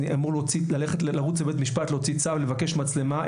אני אמור לרוץ לבית משפט להוציא צו לבקש מצלמה?